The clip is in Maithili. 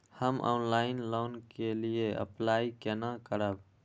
हम ऑनलाइन लोन के लिए अप्लाई केना करब?